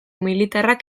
militarrak